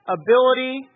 ability